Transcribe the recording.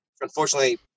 unfortunately